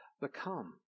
become